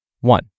One